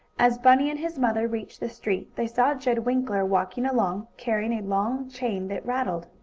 as bunny and his mother reached the street they saw jed winkler walking along, carrying a long chain that rattled.